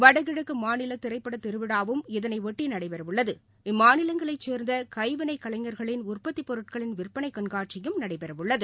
வடகிழக்குமாநிலதிரைப்படத் திருவிழாவும இதனையொட்டிநடைபெறவுள்ளது இம்மாநிலங்களைச் சேர்ந்தகைவினைக் கலைஞர்களின் உற்பத்திப் பொருட்களின் விற்பனைகண்காட்சியும் நடைபெறவுள்ளது